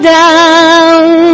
down